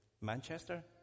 Manchester